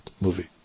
movie